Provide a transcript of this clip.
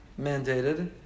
mandated